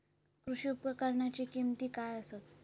कृषी उपकरणाची किमती काय आसत?